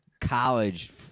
college